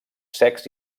secs